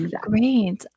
Great